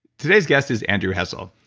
today's guest is andrew hessel.